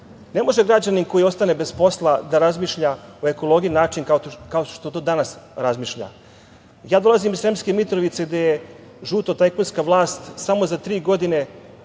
Ne može građanin koji ostane bez posla da razmišlja o ekologiji na način kao što to danas razmišlja. Ja dolazim iz Sremske Mitrovice gde je žuto-tajkunska vlast samo za tri godine